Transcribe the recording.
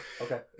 Okay